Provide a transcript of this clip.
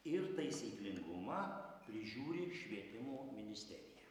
ir taisyklingumą prižiūri švietimo ministerija